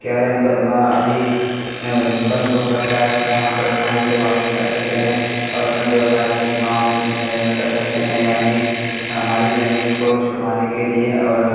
क्या यह मुक़दमा अभी बंद हो सकता है क्या हम परेशानी से बाहर निकल सकते हैं और अपने व्यवसाय अपने गाँव में अपने शहर में कर सकते हैं या नहीं हमारी ज़मीन को छुड़वाने के लिए और